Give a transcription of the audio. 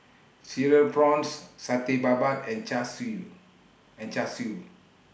Cereal Prawns Satay Babat and Char Siu and Char Siu